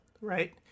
Right